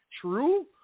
true